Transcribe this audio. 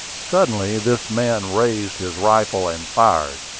suddenly this man raised his rifle and fired.